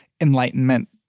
Enlightenment